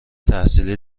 تحصیلی